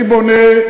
אני בונה,